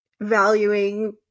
valuing